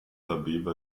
abeba